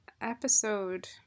episode